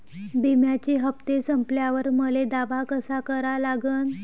बिम्याचे हप्ते संपल्यावर मले दावा कसा करा लागन?